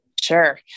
Sure